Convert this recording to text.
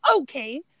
okay